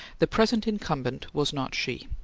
the present incumbent was not she.